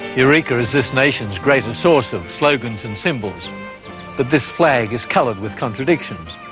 eureka is this nation's greatest source of slogans and symbols, but this flag is coloured with contradictions.